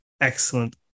Excellent